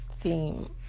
theme